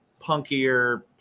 punkier